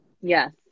Yes